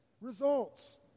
results